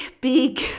big